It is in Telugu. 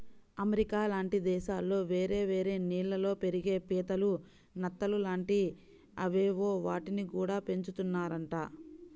అమెరికా లాంటి దేశాల్లో వేరే వేరే నీళ్ళల్లో పెరిగే పీతలు, నత్తలు లాంటి అవేవో వాటిని గూడా పెంచుతున్నారంట